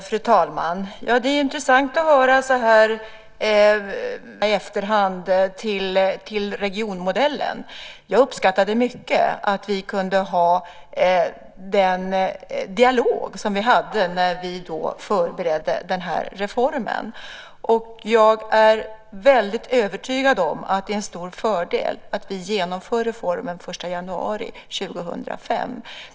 Fru talman! Det är intressant att höra kommentarerna i efterhand till regionmodellen. Jag uppskattade mycket att vi kunde ha den dialog som vi hade när vi förberedde den här reformen. Jag är väldigt övertygad om att det är en stor fördel att vi genomför reformen den 1 januari 2005.